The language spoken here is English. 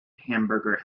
hamburger